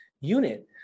unit